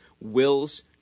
wills